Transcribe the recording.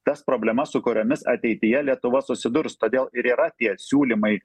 tas problemas su kuriomis ateityje lietuva susidurs todėl ir yra tie siūlymai